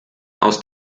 aus